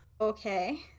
Okay